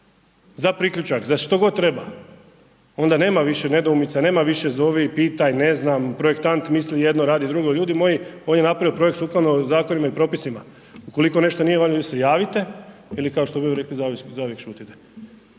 za priključak, za što god treba, onda nema više nedoumica, nema više zovi, pitaj, ne znam, projektant misli jedno, radi drugo, ljudi moji on je napravio projekt sukladno zakonima i propisima. Ukoliko nešto …/Govornik se ne razumije./… onda se javite ili kao što bi ljudi rekli, zauvijek šutite